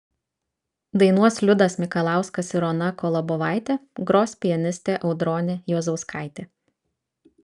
dainuos liudas mikalauskas ir ona kolobovaitė gros pianistė audronė juozauskaitė